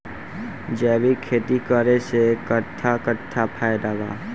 जैविक खेती करे से कट्ठा कट्ठा फायदा बा?